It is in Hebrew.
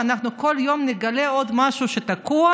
וכל יום נגלה עוד משהו שתקוע.